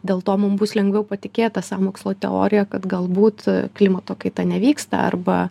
dėl to mum bus lengviau patikėt ta sąmokslo teorija kad galbūt klimato kaita nevyksta arba